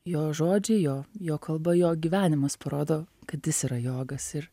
jo žodžiai jo jo kalba jo gyvenimas parodo kad jis yra jogas ir